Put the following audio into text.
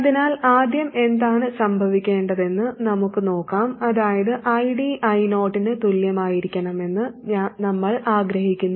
അതിനാൽ ആദ്യം എന്താണ് സംഭവിക്കേണ്ടതെന്ന് നമുക്ക് നോക്കാം അതായത് ID I0 ന് തുല്യമായിരിക്കണമെന്ന് നമ്മൾ ആഗ്രഹിക്കുന്നു